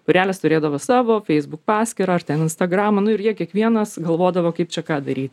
būrelis turėdavo savo facebook paskyrą ar ten instagramą nu ir jie kiekvienas galvodavo kaip čia ką daryt